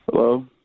hello